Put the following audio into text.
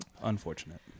Unfortunate